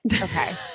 okay